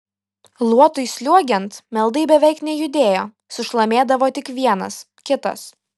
luotui sliuogiant meldai beveik nejudėjo sušlamėdavo tik vienas kitas